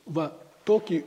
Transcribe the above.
va tokį